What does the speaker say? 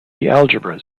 algebras